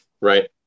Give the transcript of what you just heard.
Right